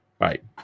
right